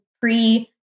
pre